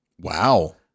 Wow